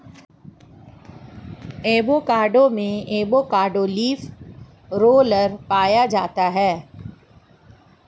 avocado में avocado leaf roller पाया जाता है